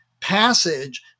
passage